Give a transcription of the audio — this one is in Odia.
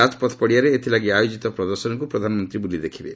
ରାଜପଥ ପଡ଼ିଆରେ ଏଥିଲାଗି ଆୟୋଜିତ ପ୍ରଦର୍ଶନୀକୁ ପ୍ରଧାନମନ୍ତ୍ରୀ ବୁଲି ଦେଖିବେ